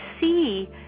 see